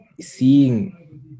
seeing